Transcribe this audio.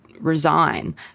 resign